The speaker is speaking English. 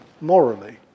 morally